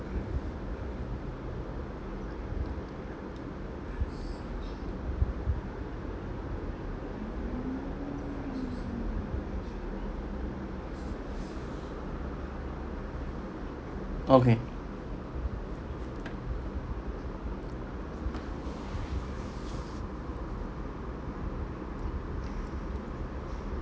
okay